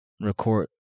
record